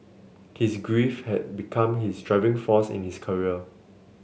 his grief had become his driving force in his career